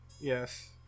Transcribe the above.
yes